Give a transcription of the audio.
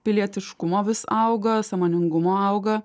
pilietiškumo vis auga sąmoningumo auga